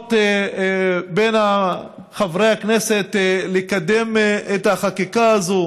הסכמות בין חברי הכנסת לקדם את החקיקה הזו,